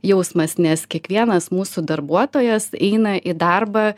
jausmas nes kiekvienas mūsų darbuotojas eina į darbą